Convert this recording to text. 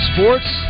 Sports